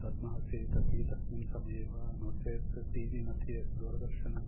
दद्मः चेदपि तस्मिन् समये वा नो चेत् टीवीमध्ये दूरदर्शने